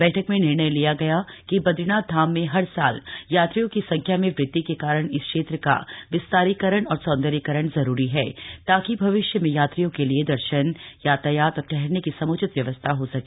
बैठक में निर्णय लिया गया कि बद्रीनाथ धाम में हर साल यात्रियों की संख्या में वृद्धि के कारण इस क्षेत्र का विस्तारीकरण और सौन्दर्यीकरण जरूरी है ताकि भविष्य में यात्रियों के लिए दर्शन यातायात और ठहरने की सम्चित व्यवस्था हो सके